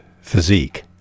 physique